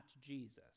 Jesus